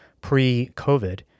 pre-COVID